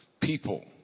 people